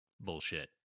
Bullshit